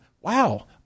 Wow